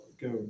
go